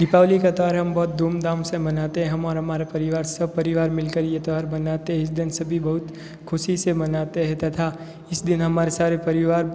दीपावली का त्योहार हम बहुत धूमधाम से मनाते हैं हम और हमारा परिवार सब परिवार मिलकर यह त्योहार मानते इस दिन सभी बहुत ख़ुशी से मनाते हैं तथा इस दिन हमारे सारे परिवार